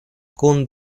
kun